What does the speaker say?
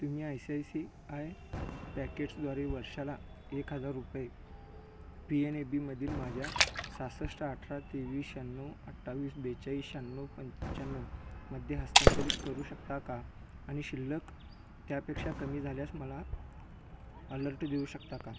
तुम्ही I C I C I पॅकेट्सद्वारे वर्षाला एक हजार रुपये पी एन ए बीमधील माझ्या सहासष्ट अठरा तेवीस शह्याण्णव अठ्ठावीस बेचाळीस शह्याण्णव पंच्याण्णव मध्ये हस्तांतरित करू शकता का आणि शिल्लक त्यापेक्षा कमी झाल्यास मला अलर्ट देऊ शकता का